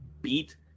beat